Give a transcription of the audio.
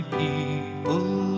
people